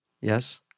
Yes